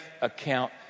account